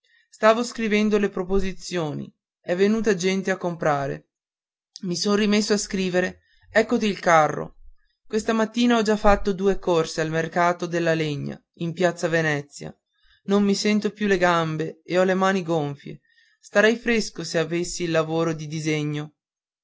stavo scrivendo le proposizioni è venuta gente a comprare i son rimesso a scrivere eccoti il carro questa mattina ho già fatto due corse al mercato delle legna in piazza venezia non mi sento più le gambe e ho le mani gonfie starei fresco se avessi il lavoro di disegno